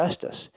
justice